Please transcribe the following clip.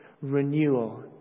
renewal